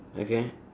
okay